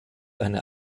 eine